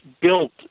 built